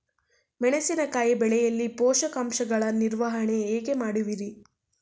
ಮೆಣಸಿನಕಾಯಿ ಬೆಳೆಯಲ್ಲಿ ಪೋಷಕಾಂಶಗಳ ನಿರ್ವಹಣೆ ಹೇಗೆ ಮಾಡುವಿರಿ?